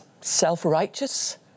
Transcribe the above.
self-righteous